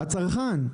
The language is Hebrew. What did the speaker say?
הצרכן.